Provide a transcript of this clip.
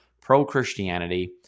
pro-christianity